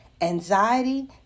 anxiety